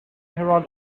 herald